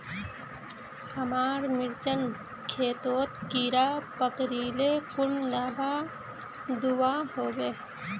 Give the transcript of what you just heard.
हमार मिर्चन खेतोत कीड़ा पकरिले कुन दाबा दुआहोबे?